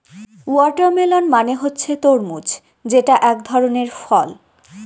watermelon মানে হচ্ছে তরমুজ যেটা এক ধরনের ফল